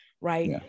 right